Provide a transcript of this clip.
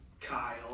Kyle